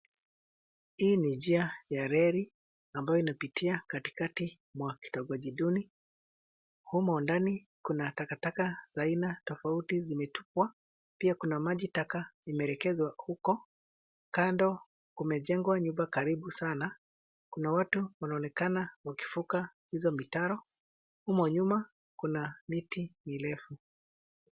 Hii ni njia ya reli ambayo inapitia katika mwa kitongoji duni. Humo ndani kuna taka taka za aina tofauti zimetupwa. Pia kuna majitaka imeelekezwa huko. Kando kumejengwa nyumba karibu sana. Kuna watu wanaonekana wakivuka hizo mitaro. Humo nyuma kuna miti mirefu.